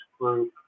group